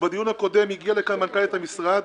ובדיון הקודם הגיעה לכאן מנכ"לית המשרד,